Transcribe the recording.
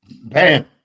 Bam